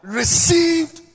received